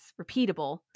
repeatable